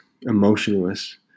emotionless